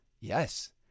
Yes